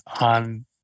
On